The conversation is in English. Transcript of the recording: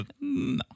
No